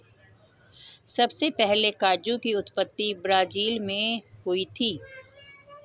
सबसे पहले काजू की उत्पत्ति ब्राज़ील मैं हुई थी